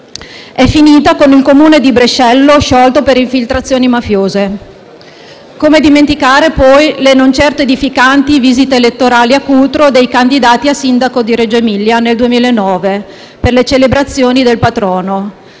È finita con il Comune di Brescello sciolto per infiltrazioni mafiose. Come dimenticare, poi, le non certo edificanti visite elettorali a Cutro dei candidati a sindaco di Reggio Emilia nel 2009 per le celebrazioni del patrono;